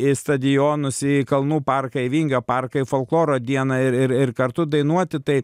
į stadionus į kalnų parką į vingio parką į folkloro dieną ir ir ir kartu dainuoti tai